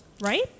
right